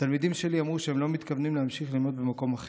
התלמידים שלי אמרו שהם לא מתכוונים להמשיך ללמוד במקום אחר.